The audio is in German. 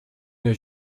ihr